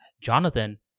Jonathan